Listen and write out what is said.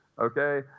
Okay